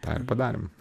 tą ir padarėm